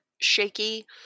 shaky